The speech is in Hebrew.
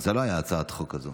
אז זו לא הייתה הצעת החוק הזו.